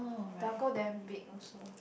Taroko damn big also